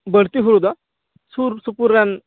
ᱵᱟᱹᱲᱛᱤ ᱦᱳᱲᱳ ᱫᱚ ᱥᱩᱨᱥᱩᱯᱩᱨ ᱨᱮᱱ